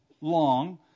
long